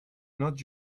not